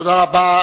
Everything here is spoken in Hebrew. תודה רבה.